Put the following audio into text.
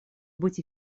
быть